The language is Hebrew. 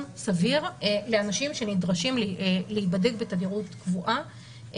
סביר לאנשים שנדרשים להיבדק בתדירות קבועה,